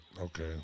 Okay